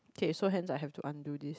okay so hence I have to undo this